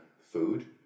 food